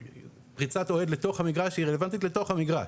פריצת אוהד לתוך המגרש היא רלוונטית לתוך המגרש.